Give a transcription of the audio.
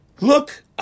Look